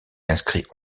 inscrit